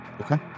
Okay